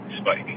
Spike